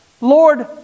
Lord